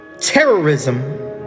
terrorism